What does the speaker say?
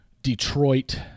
Detroit